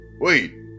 wait